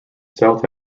south